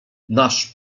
nasz